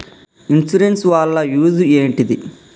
Insurance వాళ్ల use ఏంటిది?